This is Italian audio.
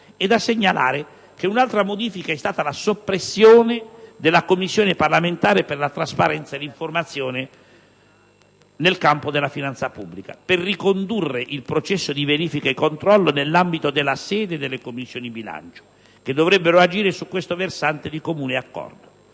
è da segnalare che un'altra modifica è stata la soppressione della Commissione parlamentare per la trasparenza e l'informazione nel campo della finanza pubblica, per ricondurre il processo di verifica e controllo nell'ambito della sede delle Commissioni bilancio, che dovrebbero agire su questo versante di comune accordo.